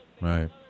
Right